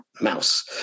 mouse